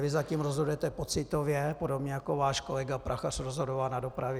Vy zatím rozhoduje pocitově, podobně jako váš kolega Prachař rozhodoval na dopravě.